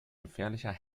gefährlicher